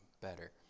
better